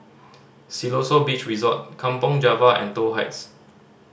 Siloso Beach Resort Kampong Java and Toh Heights